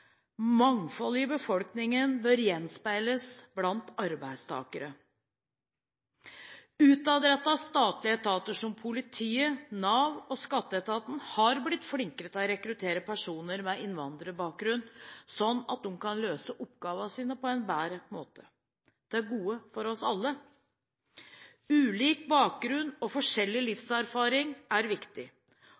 Mangfoldet i befolkningen bør gjenspeiles blant arbeidstakerne. Utadrettede statlige etater som politiet, Nav og skatteetaten har blitt flinkere til å rekruttere personer med innvandrerbakgrunn, sånn at de kan løse oppgavene sine på en bedre måte – til gode for oss alle. Ulik bakgrunn og forskjellig livserfaring er viktig,